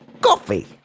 coffee